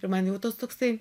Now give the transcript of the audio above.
ir man jau tos toksai